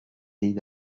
die